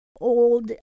old